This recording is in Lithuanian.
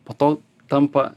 po to tampa